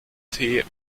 tee